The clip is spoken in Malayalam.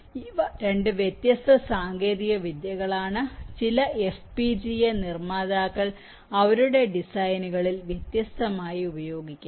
ഇവ രണ്ട് വ്യത്യസ്ത സാങ്കേതികവിദ്യകളാണ് ചില FPGA നിർമ്മാതാക്കൾ അവരുടെ ഡിസൈനുകളിൽ വ്യത്യസ്തമായി ഉപയോഗിക്കുന്നു